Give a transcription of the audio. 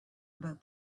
about